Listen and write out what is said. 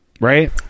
Right